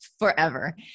forever